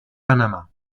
panamá